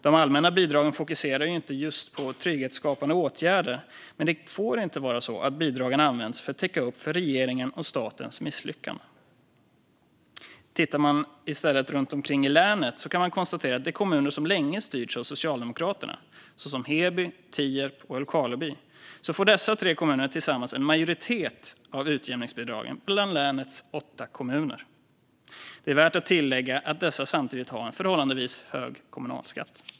De allmänna bidragen fokuserar inte just på trygghetsskapande åtgärder, men det får inte vara så att bidragen används för att täcka upp för regeringens och statens misslyckande. Tittar man i stället runt omkring i länet kan man konstatera att de tre kommunerna Heby, Tierp och Älvkarleby, som länge har styrts av Socialdemokraterna, tillsammans får merparten av utjämningsbidragen bland länets åtta kommuner. Det är värt att tillägga att dessa samtidigt har en förhållandevis hög kommunalskatt.